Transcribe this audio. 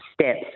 steps